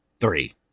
three